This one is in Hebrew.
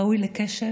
ראוי לקשב,